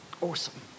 Awesome